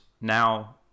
now